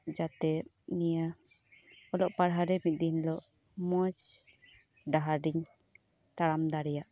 ᱡᱟᱛᱮ ᱱᱤᱭᱟᱹ ᱚᱞᱚᱜ ᱯᱟᱲᱦᱟᱣ ᱨᱮ ᱢᱤᱜ ᱫᱤᱱ ᱦᱤᱞᱳᱜ ᱢᱚᱸᱡᱽ ᱰᱟᱦᱟᱨᱤᱧ ᱛᱟᱲᱟᱢ ᱫᱟᱲᱮᱭᱟᱜ